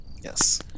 Yes